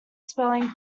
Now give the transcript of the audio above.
spelling